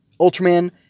Ultraman